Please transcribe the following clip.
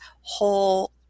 whole